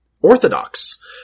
orthodox